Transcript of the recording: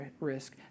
risk